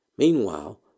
Meanwhile